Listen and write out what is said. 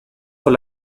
con